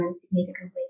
significantly